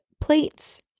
plates